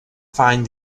find